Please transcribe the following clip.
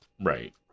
Right